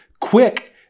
quick